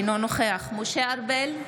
אינו נוכח משה ארבל,